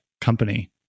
company